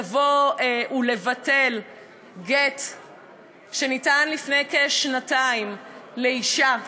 לבוא ולבטל גט שניתן לפני כשנתיים לאישה.